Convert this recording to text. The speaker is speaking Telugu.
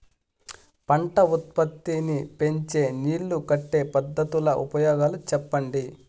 పంట ఉత్పత్తి నీ పెంచే నీళ్లు కట్టే పద్ధతుల ఉపయోగాలు చెప్పండి?